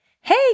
Hey